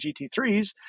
GT3s